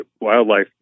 wildlife